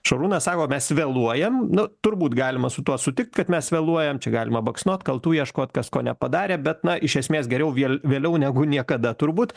šarūnas sako mes vėluojam nu turbūt galima su tuo sutikt kad mes vėluojam čia galima baksnot kaltų ieškot kas ko nepadarė bet na iš esmės geriau vėl vėliau negu niekada turbūt